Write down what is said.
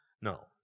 No